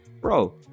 bro